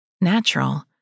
natural